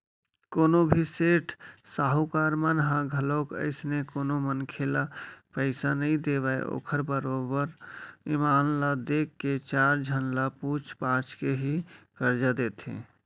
कोनो भी सेठ साहूकार मन ह घलोक अइसने कोनो मनखे ल पइसा नइ देवय ओखर बरोबर ईमान ल देख के चार झन ल पूछ पाछ के ही करजा देथे